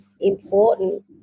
important